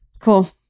Cool